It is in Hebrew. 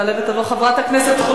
תעלה ותבוא חברת הכנסת ציפי